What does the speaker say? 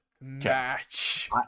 match